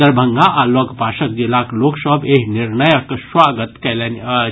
दरभंगा आ लगपासक जिलाक लोक सभ एहि निर्णयक स्वागत कयलनि अछि